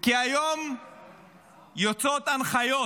כי היום יוצאות הנחיות